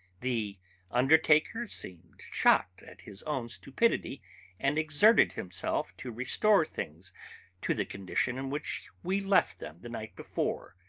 the undertaker seemed shocked at his own stupidity and exerted himself to restore things to the condition in which we left them the night before,